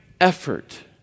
effort